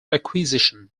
acquisition